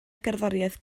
gerddoriaeth